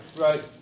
Right